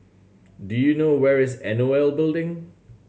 do you know where is N O L Building